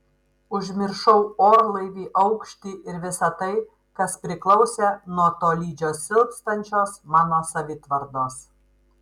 užmiršau orlaivį aukštį ir visa tai kas priklausė nuo tolydžio silpstančios mano savitvardos